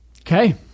Okay